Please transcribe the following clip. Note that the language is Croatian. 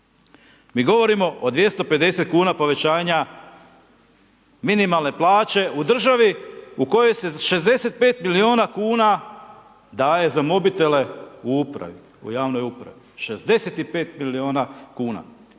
Mi govorimo od 250,00 kn povećanja minimalne plaće u državi u kojoj se 65 milijuna kuna daje za mobitele u upravi, u javnoj upravi, 65 milijuna kuna.